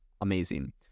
amazing